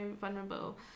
vulnerable